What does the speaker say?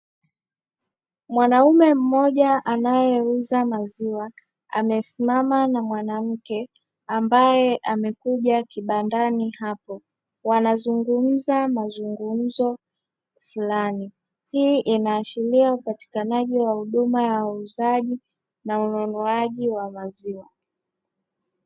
Mwanaume mmoja anayeuza maziwa amesimama na mwanamke ambaye amekuja kibandani hapo wanazungumza mazungumzo fulani. Hii inaashiria upatikanaji wa huduma ya uuzaji na ununuaji wa maziwa.